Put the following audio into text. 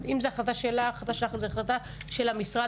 אם זו החלטה שלך או החלטה של המשרד